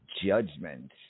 Judgment